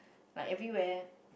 like everywhere